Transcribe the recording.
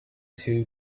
two